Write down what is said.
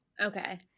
Okay